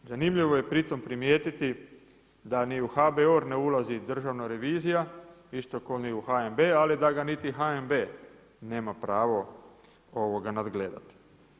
Zanimljivo je pritom primijetiti da ni u HBOR ne ulazi Državna revizija, isto kao ni u HNB, ali da ga niti HNB nema pravo nadgledati.